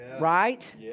right